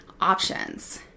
options